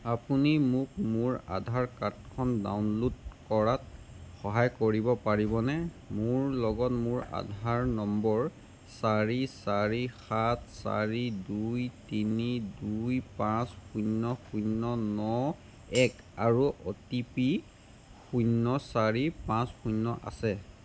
আপুনি মোক মোৰ আধাৰ কাৰ্ডখন ডাউনল'ড কৰাত সহায় কৰিব পাৰিবনে মোৰ লগত মোৰ আধাৰ নম্বৰ চাৰি চাৰি সাত চাৰি দুই তিনি দুই পাঁচ শূন্য শূন্য ন এক আৰু অ' টি পি শূন্য চাৰি পাঁচ শূন্য আছে